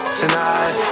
tonight